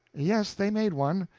yes, they made one.